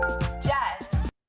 Jess